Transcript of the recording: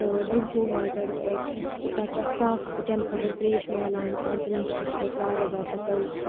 تہٕ drinking water تَتہِ چھُ اَکھ صاف چَنہٕ خٲطرٕ ترٛیش میلان ترٛیش تہِ چھُ تَتہِ واریاہ زیادٕ اَصٕل